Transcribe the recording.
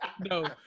no